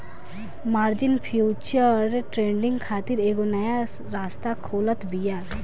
margin future trading खातिर एगो नया रास्ता खोलत बिया